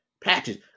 Patches